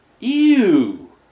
Ew